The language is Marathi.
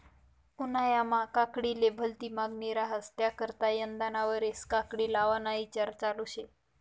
उन्हायामा काकडीले भलती मांगनी रहास त्याकरता यंदाना वरीस काकडी लावाना ईचार चालू शे